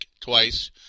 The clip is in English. twice